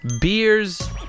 Beers